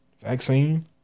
vaccine